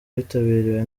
witabiriwe